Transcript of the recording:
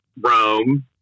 Rome